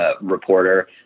reporter